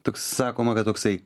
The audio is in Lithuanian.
toks sakoma kad toksai